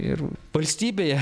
ir valstybėje